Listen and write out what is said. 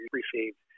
received